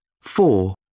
Four